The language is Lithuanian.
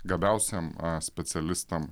gabiausiem specialistam